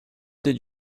did